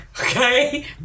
Okay